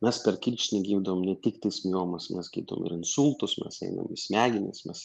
mes per kirkšnį gydom ne tiktais miomas mes gydom ir insultus mes einam į smegenis mes